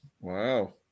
Wow